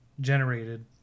Generated